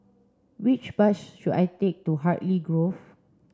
which bus should I take to Hartley Grove